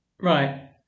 Right